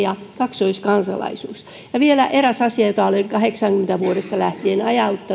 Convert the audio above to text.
ja kaksoiskansalaisuus vielä eräs asia jota olen vuodesta tuhatyhdeksänsataakahdeksankymmentä lähtien